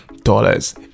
dollars